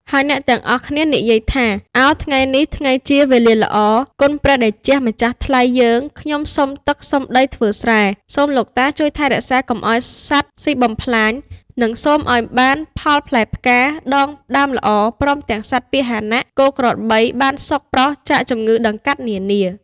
ហើយអ្នកទាំងអស់គ្នានិយាយថា ឱថ្ងៃនេះថ្ងៃជាវេលាល្អ គុណព្រះតេជះម្ចាស់ថ្លៃ យើងខ្ញុំសុំទឹក សុំដីធ្វើស្រែ សូមលោកតា ជួយថែរក្សាកុំឱ្យសត្វស៊ីបំផ្លាញ និង សូមឱ្យបានផលផ្លែផ្កា ដងដើមល្អ ព្រមទាំងសត្វ ពាហនៈ គោក្របីបានសុខប្រាសចាកជំងឺដង្កាត់នានា។